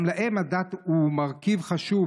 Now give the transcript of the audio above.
גם להם הדת היא מרכיב חשוב,